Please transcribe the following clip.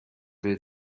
will